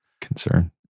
concern